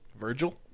Virgil